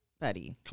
buddy